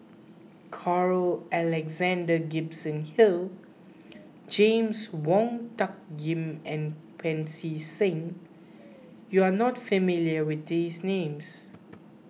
Carl Alexander Gibson Hill James Wong Tuck Yim and Pancy Seng you are not familiar with these names